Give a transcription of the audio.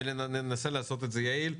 וננסה לעשות את זה יעיל.